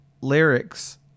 lyrics